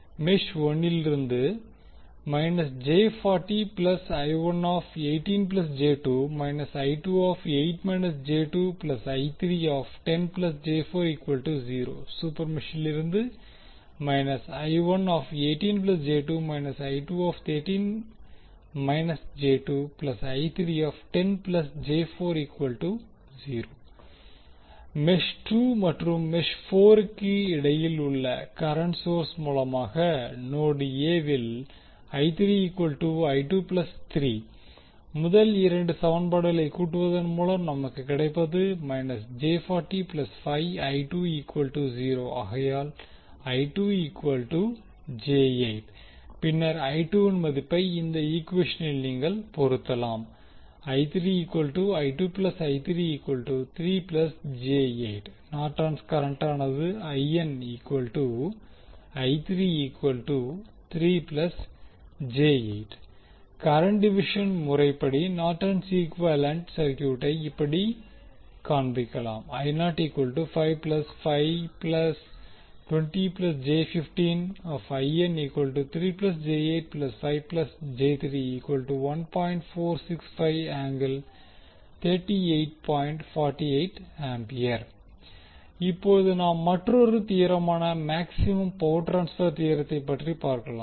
mesh 1 லிருந்து சூப்பர்மெஷ்ஷிலிருந்து mesh 2 மற்றும் மெஷ் 4 க்கு இடையில் உள்ள கரண்ட் சோர்ஸ் மூலமாக நோடு a வில் முதல் இரண்டு சமன்பாடுகளை கூட்டுவதன் மூலம் நமக்கு கிடைப்பது ஆகையால் பின்னர் வின் மதிப்பை இந்த ஈக்குவேஷனில் நீங்கள் பொருத்தலாம் நார்ட்டன்ஸ் கரண்டானது norton's current கரண்ட் டிவிஷன் முறைப்படி நார்ட்டன்ஸ் ஈக்குவேலன்ட் சர்கியூட்டை இப்படி காண்பிக்கலாம் இப்போது நாம் மற்றொரு தியோரமான மேக்சிமம் பவர் டிரான்ஸ்பர் தியோரத்தை பற்றி பார்க்கலாம்